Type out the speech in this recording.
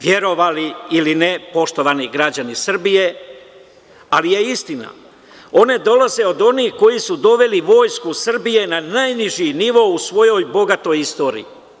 Verovali ili ne, poštovani građani Srbije, ali je istina, one dolaze od onih koji su doveli Vojsku Srbije na najniži nivo u svojoj bogatoj istoriji.